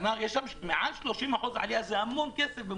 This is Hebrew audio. יש למעלה מ-30% עלייה וזה המון כסף.